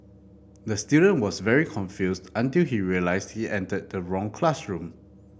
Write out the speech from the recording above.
the student was very confused until he realised he entered the wrong classroom